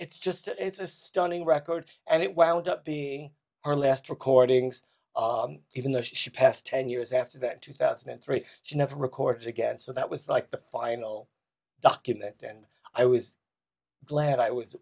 it's just it's a stunning record and it wound up the our last recordings even though she passed ten years after that two thousand and three she never records again so that was like the final documents and i was glad i was